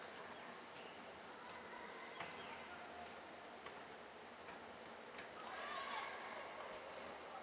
I